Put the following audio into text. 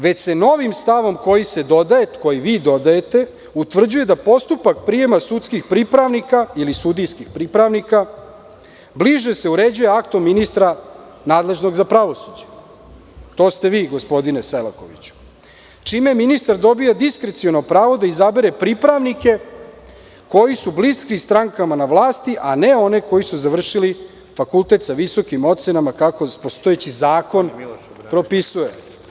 Već se novim stavom koji se dodaje, koji vi dodajete, utvrđuje da postupak prijema sudskih pripravnika ili sudijskih pripravnika, se bliže uređuje aktom ministra nadležnog za pravosuđe, to ste vi, gospodine Selakoviću, čime ministar dobija diskreciono pravo da izabere pripravnike koji su bliski strankama na vlasti, a ne one koji su završili fakultet sa visokim ocenama, kako postojeći zakon propisuje.